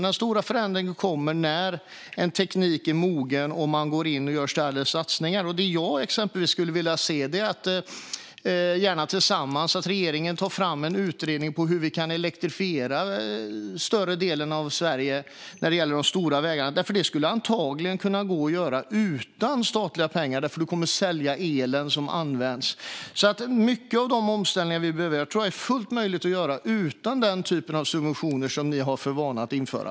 Den stora förändringen kommer när en teknik är mogen och man går in och gör större satsningar. Det jag exempelvis skulle vilja se är att regeringen, gärna tillsammans med oss, tar fram en utredning om hur vi kan elektrifiera större delen av Sverige när det gäller de stora vägarna. Det skulle antagligen kunna gå att göra utan statliga pengar, för man kommer att kunna sälja den el som används. Många av de omställningar vi behöver tror jag alltså är fullt möjliga att göra utan den typ av subventioner som ni har för vana att införa.